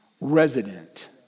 resident